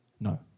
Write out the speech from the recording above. no